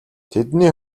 тэдний